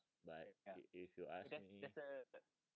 ya but if if you ask me